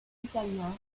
italien